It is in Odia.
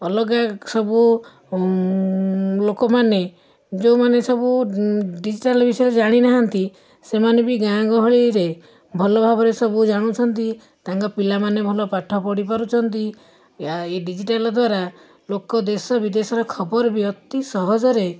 ଅଲଗା ସବୁ ଲୋକମାନେ ଯେଉଁମାନେ ସବୁ ଡିଜିଟାଲ ବିଷୟରେ ଜାଣିନାହାଁନ୍ତି ସେମାନେ ବି ଗାଁ ଗହଳିରେ ଭଲ ଭାବରେ ସବୁ ଜାଣୁଛନ୍ତି ତାଙ୍କ ପିଲାମାନେ ଭଲ ପାଠ ପଢ଼ି ପାରୁଛନ୍ତି ଏ ଡିଜିଟାଲ ଦ୍ୱାରା ଲୋକ ଦେଶ ବିଦେଶର ଖବର ବି ଅତି ସହଜରେ